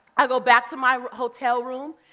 i go back to my hotel room,